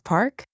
Park